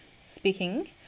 speaking